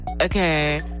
Okay